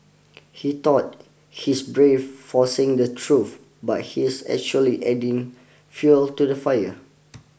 he thought he's brave for saying the truth but he's actually adding fuel to the fire